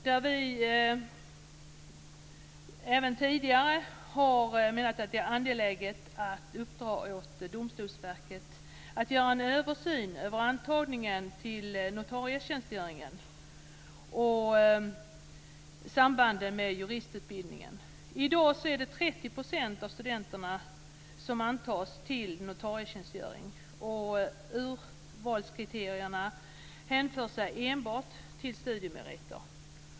Vi har även tidigare menat att det är angeläget att uppdra åt Domstolsverket att göra en översyn av antagningen till notarietjänstgöringen och sambanden med juristutbildningen. I dag antas 30 % av studenterna till notarietjänstgöring. Urvalskriterierna hänför sig enbart till studiemeriter.